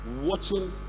watching